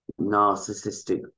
narcissistic